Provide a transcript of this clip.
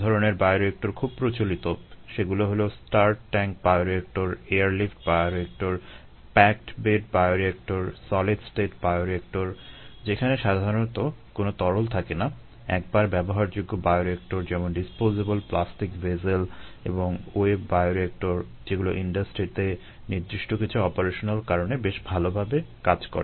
যে ধরনের বায়োরিয়েক্টর খুব প্রচলিত সেগুলো হলো স্টার্ড ট্যাংক বায়োরিয়েক্টর কারণে বেশ ভাল কাজ করে